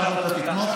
עכשיו אתה תתמוך?